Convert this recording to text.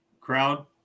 crowd